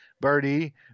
Birdie